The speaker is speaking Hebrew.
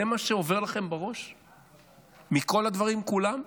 זה מה שעובר לכם בראש מכל הדברים כולם?